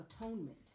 atonement